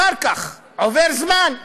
אחר כך עובר זמן,